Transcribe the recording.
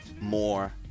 more